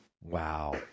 Wow